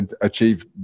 achieve